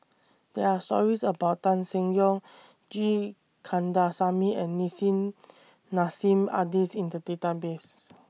There Are stories about Tan Seng Yong G Kandasamy and Nissim Nassim Adis in The Database